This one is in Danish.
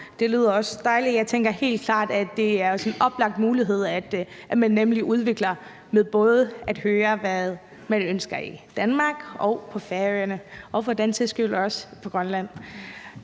Det lyder også dejligt. Jeg tænker helt klart, at det er sådan en oplagt mulighed, at man nemlig udvikler det med både at høre, hvad man ønsker i Danmark og på Færøerne og for den sags skyld også på Grønland.